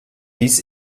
dies